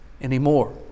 anymore